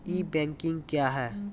ई banking क्या हैं?